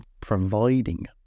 providing